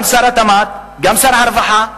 גם שר התמ"ת וגם שר הרווחה.